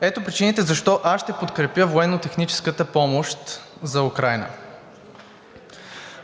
Ето причините защо аз ще подкрепя военнотехническата помощ за Украйна.